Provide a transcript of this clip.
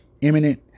imminent